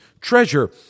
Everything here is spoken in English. treasure